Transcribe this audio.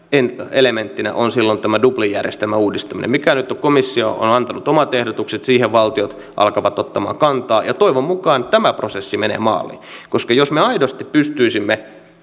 elementtinä on silloin tämä dublin järjestelmän uudistaminen mistä nyt on komissio antanut omat ehdotukset siihen valtiot alkavat ottamaan kantaa ja toivon mukaan tämä prosessi menee maaliin koska jos me aidosti pystyisimme